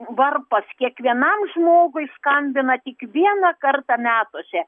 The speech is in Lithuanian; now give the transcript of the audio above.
varpas kiekvienam žmogui skambina tik vieną kartą metuose